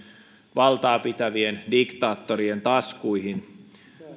valtaapitävien diktaattorien taskuihin